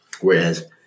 whereas